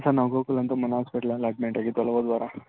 sir ನಾವು ಗೋಕುಲ್ ಅಂತ ಮೊನ್ನೆ ಆಸ್ಪೆಟ್ಲಲ್ಲಿ ಅಡ್ಮಿಟ್ ಆಗಿದ್ವಲ್ಲ ಹೋದ್ ವಾರ